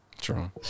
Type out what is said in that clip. True